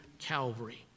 Calvary